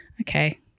Okay